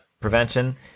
prevention